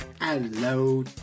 Hello